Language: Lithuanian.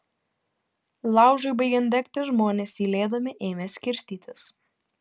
laužui baigiant degti žmonės tylėdami ėmė skirstytis